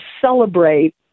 celebrate